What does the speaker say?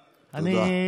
תודה.